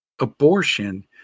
Abortion